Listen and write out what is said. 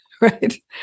right